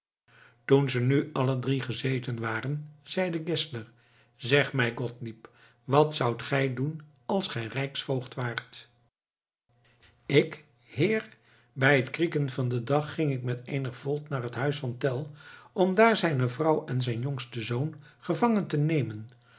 toen ze nu alle drie gezeten waren zeide geszler zeg mij gottlieb wat zoudt gij doen als gij rijksvoogd waart ik heer bij het krieken van den dag ging ik met eenig volk naar het huis van tell om daar zijne vrouw en zijn jongsten zoon gevangen te nemen